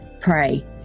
pray